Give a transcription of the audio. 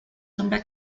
sombra